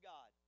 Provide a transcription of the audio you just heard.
God